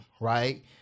right